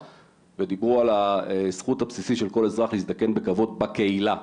ודיברו על הזכות הבסיסית של כל אזרח להזדקן בכבוד בקהילה.